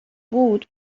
بود